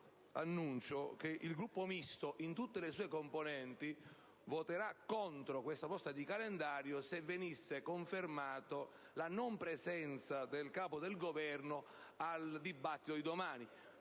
le annuncio che il Gruppo Misto, in tutte le sue componenti, voterà contro questa proposta di calendario se venisse confermata la non presenza del Capo del Governo al dibattito di domani.